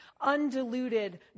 undiluted